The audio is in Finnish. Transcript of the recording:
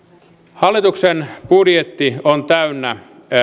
hallituksen budjetti on täynnä